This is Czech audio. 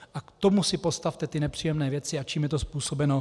A k tomu si postavte ty nepříjemné věci a čím je to způsobeno.